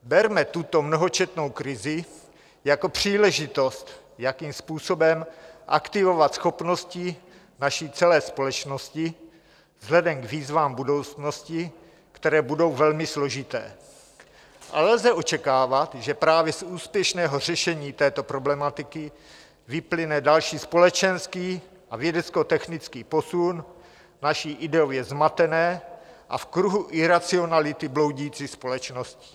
Berme tuto mnohočetnou krizi jako příležitost, jakým způsobem aktivovat schopnosti naší celé společnosti vzhledem k výzvám budoucnosti, které budou velmi složité, ale lze očekávat, že právě z úspěšného řešení této problematiky vyplyne další společenský a vědeckotechnický posun naší ideově zmatené a v kruhu iracionality bloudící společnosti.